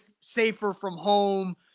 safer-from-home